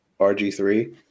RG3